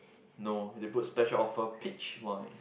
no they put special offer peach wine